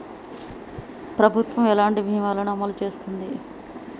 ప్రభుత్వం ఎలాంటి బీమా ల ను అమలు చేస్తుంది?